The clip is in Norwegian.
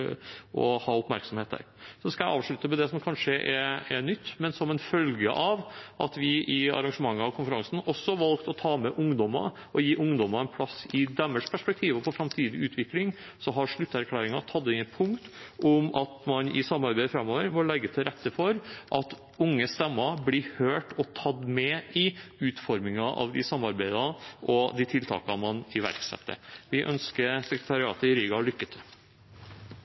ha oppmerksomhet der. Jeg skal avslutte med det som kanskje er nytt. Som en følge av at vi i konferansen også valgte å ta med ungdommer og gi ungdommene en plass i deres perspektiv har slutterklæringen for framtidig utvikling har tatt inn et punkt om at man i samarbeid framover må legge til rette for at unge stemmer blir hørt og tatt med i utformingen av de samarbeidene og de tiltakene man iverksetter. Vi ønsker sekretariatet i Riga lykke til.